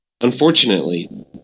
Unfortunately